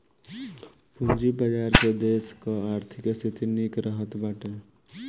पूंजी बाजार से देस कअ आर्थिक स्थिति निक रहत बाटे